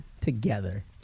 together